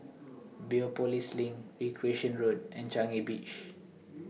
Biopolis LINK Recreation Road and Changi Beach